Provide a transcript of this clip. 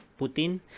Putin